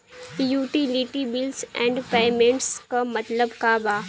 Utility bills and payments क मतलब का बा?